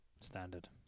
Standard